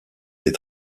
des